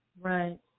right